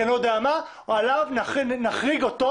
כי אני לא יודע מה נחריג אותו.